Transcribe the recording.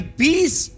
peace